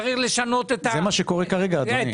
צריך לשנות --- זה מה שקורה כרגע, אדוני.